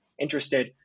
interested